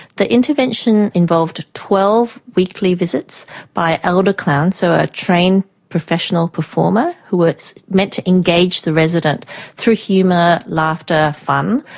the intervention involved twelve weekly visits by elder clowns, so a trained professional performer who was meant to engage the resident through humour, laughter, fun.